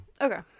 Okay